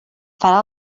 farà